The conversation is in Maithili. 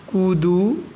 कूदू